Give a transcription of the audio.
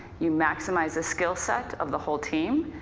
you maximize the skill set of the whole team.